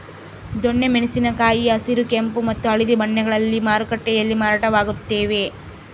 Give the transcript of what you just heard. ದೊಣ್ಣೆ ಮೆಣಸಿನ ಕಾಯಿ ಹಸಿರು ಕೆಂಪು ಮತ್ತು ಹಳದಿ ಬಣ್ಣಗಳಲ್ಲಿ ಮಾರುಕಟ್ಟೆಯಲ್ಲಿ ಮಾರಾಟವಾಗುತ್ತವೆ